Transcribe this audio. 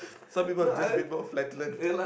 some people will just people a